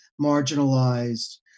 marginalized